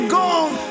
gone